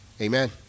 Amen